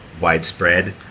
widespread